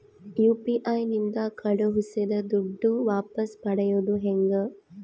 UPI ನಿಂದ ಕಳುಹಿಸಿದ ದುಡ್ಡು ವಾಪಸ್ ಪಡೆಯೋದು ಹೆಂಗ?